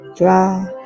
draw